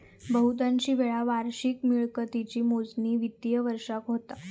बहुतांशी वेळा वार्षिक मिळकतीची मोजणी वित्तिय वर्षाक होता